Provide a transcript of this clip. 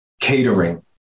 catering